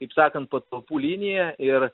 taip sakant patalpų liniją ir